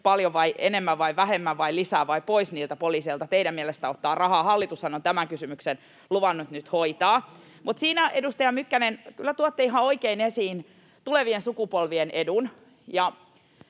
paljon vai enemmän vai vähemmän vai lisää vai pois teidän mielestänne ottaa rahaa niiltä poliiseilta. Hallitushan on tämän kysymyksen luvannut nyt hoitaa. [Kai Mykkäsen välihuuto] Mutta siinä, edustaja Mykkänen, kyllä tuotte ihan oikein esiin tulevien sukupolvien edun,